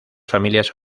familias